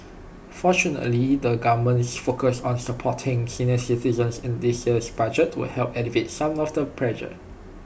fortunately the government's focus on supporting senior citizens in this year's budget will help alleviate some of the pressure